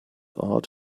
art